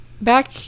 Back